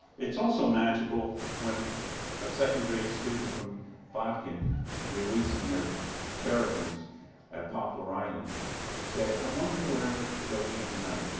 it's also magical when a second grade student from bodkin and releasing their terrapins at poplar island said, i wonder where they'll be tonight.